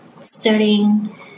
studying